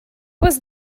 was